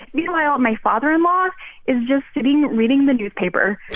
meanwhile, my father-in-law is just sitting, reading the newspaper,